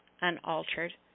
unaltered